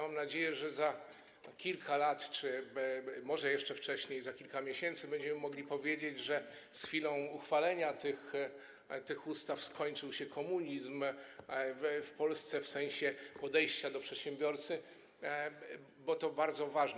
Mam nadzieję, że za kilka lat czy może jeszcze wcześniej, za kilka miesięcy będziemy mogli powiedzieć, że z chwilą uchwalenia tych ustaw skończył się komunizm w Polsce w sensie podejścia do przedsiębiorcy, bo to bardzo ważne.